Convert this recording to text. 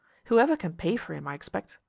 whoever can pay for him, i expect,